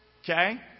Okay